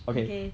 okay